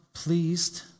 pleased